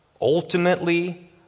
ultimately